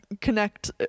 connect